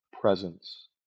presence